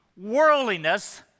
worldliness